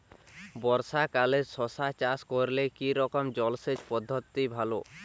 বর্ষাকালে শশা চাষ করলে কি রকম জলসেচ পদ্ধতি ভালো?